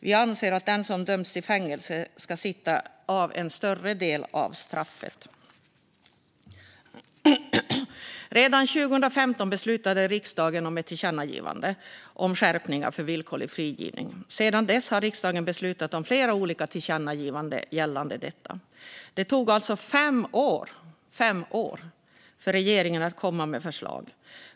Vi anser att den som har dömts till fängelse ska sitta av en större del av straffet. Redan 2015 beslutade riksdagen om ett tillkännagivande om skärpningar för villkorlig frigivning. Sedan dess har riksdagen beslutat om flera olika tillkännagivanden gällande detta. Det tog alltså fem år för regeringen att komma med förslag.